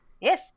Yes